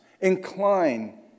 incline